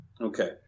Okay